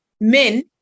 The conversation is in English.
men